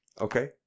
Okay